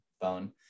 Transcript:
phone